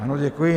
Ano, děkuji.